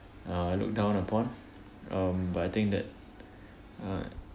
uh looked down upon um but I think that uh